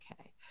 Okay